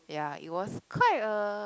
ya it was quite a